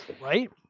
Right